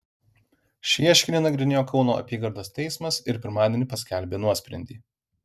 šį ieškinį nagrinėjo kauno apygardos teismas ir pirmadienį paskelbė nuosprendį